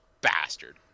bastard